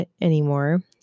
anymore